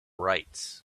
rights